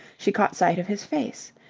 she caught sight of his face.